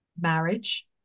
marriage